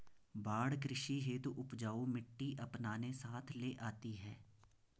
बाढ़ कृषि हेतु उपजाऊ मिटटी अपने साथ ले आती है